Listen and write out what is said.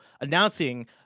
announcing